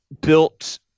built